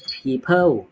people